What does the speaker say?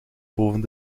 boven